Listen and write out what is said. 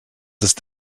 ist